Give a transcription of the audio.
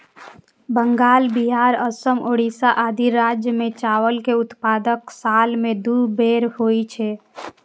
बंगाल, बिहार, असम, ओड़िशा आदि राज्य मे चावल के उत्पादन साल मे दू बेर होइ छै